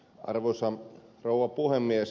arvoisa rouva puhemies